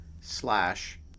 slash